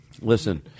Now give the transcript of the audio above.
Listen